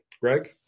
Greg